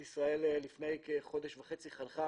לפני כחודש וחצי משטרת ישראל חנכה